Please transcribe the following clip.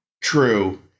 true